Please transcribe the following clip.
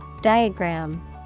Diagram